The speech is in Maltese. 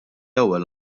ewwel